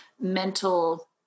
mental